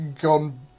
gone